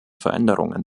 veränderungen